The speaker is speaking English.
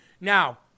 Now